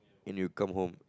and you come home